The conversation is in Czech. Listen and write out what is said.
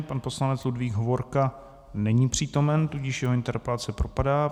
Pan poslanec Ludvík Hovorka není přítomen, tudíž jeho interpelace propadá.